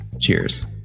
Cheers